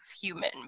human